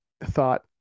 thought